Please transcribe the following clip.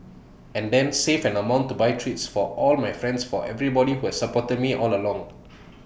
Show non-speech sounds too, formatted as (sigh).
and then save an amount to buy treats for all my friends for everybody who has supported me all along (noise)